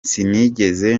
sinigeze